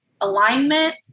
alignment